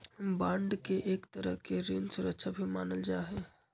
bond के एक तरह के ऋण सुरक्षा भी मानल जा हई